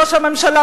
ראש הממשלה,